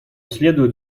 следует